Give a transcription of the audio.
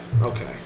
okay